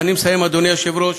ואני מסיים, אדוני היושב-ראש,